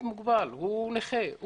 הוא נכה.